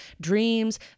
dreams